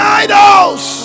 idols